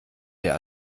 der